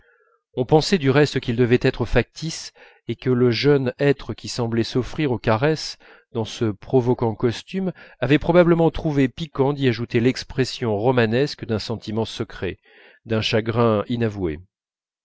on pensait du reste qu'il devait être factice et que le jeune être qui semblait s'offrir aux caresses dans ce provocant costume avait probablement trouvé piquant d'y ajouter l'expression romanesque d'un sentiment secret d'un chagrin inavoué